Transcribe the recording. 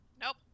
Nope